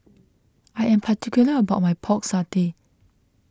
I am particular about my Pork Satay